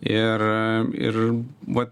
ir ir va